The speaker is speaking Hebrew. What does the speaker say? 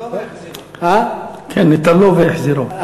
נטלוֹ והחזירוֹ.